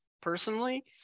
personally